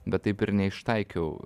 bet taip ir neištaikiau